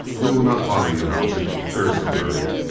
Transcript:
we will not bother you, haljan. there is no hurry.